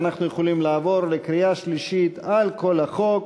אנחנו יכולים לעבור לקריאה שלישית על כל החוק,